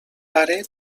pare